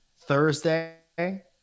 Thursday